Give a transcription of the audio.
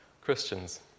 Christians